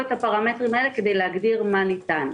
את הפרמטרים האלה כדי להגדיר מה ניתן.